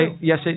Yes